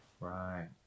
Right